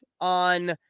on